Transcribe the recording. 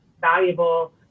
valuable